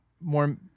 more